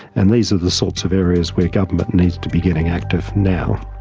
and these are the sorts of areas where government needs to be getting active now.